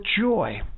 joy